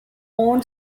own